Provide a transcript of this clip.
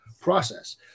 process